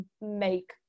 make